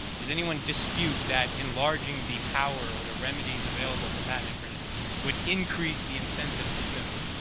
does anyone dispute that enlarging the power or the remedies available for patent infringement would increase the incentives to innovate,